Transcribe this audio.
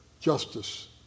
justice